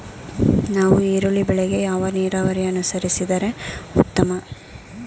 ನಾವು ಈರುಳ್ಳಿ ಬೆಳೆಗೆ ಯಾವ ನೀರಾವರಿ ಅನುಸರಿಸಿದರೆ ಉತ್ತಮ?